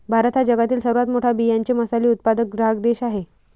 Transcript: भारत हा जगातील सर्वात मोठा बियांचे मसाले उत्पादक ग्राहक देश आहे